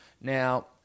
Now